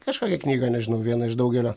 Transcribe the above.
kažkokią knygą nežinau vieną iš daugelio